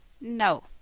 No